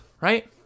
right